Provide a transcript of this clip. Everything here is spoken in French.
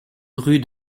rue